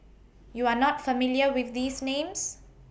YOU Are not familiar with These Names